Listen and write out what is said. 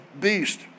beast